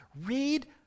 read